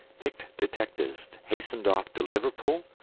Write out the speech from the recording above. picked detectives hastened off to liverpool,